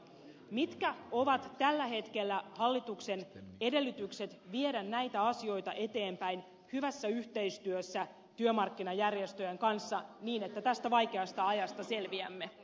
mitkä ovat tällä hetkellä hallituksen edellytykset viedä näitä asioita eteenpäin hyvässä yhteistyössä työmarkkinajärjestöjen kanssa niin että tästä vaikeasta ajasta selviämme